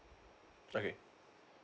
okay